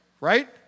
right